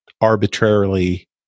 arbitrarily